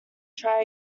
try